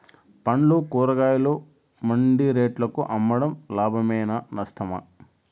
పండ్లు కూరగాయలు మండి రేట్లకు అమ్మడం లాభమేనా నష్టమా?